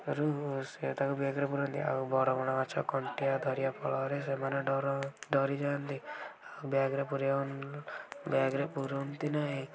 ରୁ ସିଏ ତାକୁ ବ୍ୟାଗରେ ପୁରାନ୍ତି ଆଉ ବଡ଼ ବଡ଼ ମାଛ କଣ୍ଟିଆ ଧରିବା ଫଳରେ ସେମାନେ ଡର ଡରି ଯାଆନ୍ତି ଆଉ ବ୍ୟାଗରେ ପୁର ବ୍ୟାଗରେ ପୁରୋଅନ୍ତି ନାହିଁ